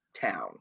town